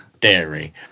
dairy